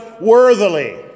worthily